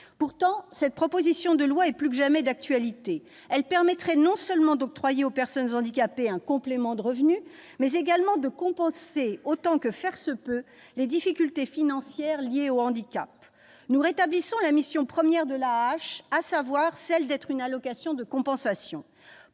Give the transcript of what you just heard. Pourtant, cette proposition de loi est plus que jamais d'actualité. Elle permettrait non seulement d'octroyer aux personnes handicapées un complément de revenu, mais également de compenser, autant que faire se peut, les difficultés financières liées au handicap. Nous rétablissons la mission première de l'AAH, à savoir d'être une allocation de compensation.